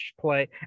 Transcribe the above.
play